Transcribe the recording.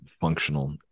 functional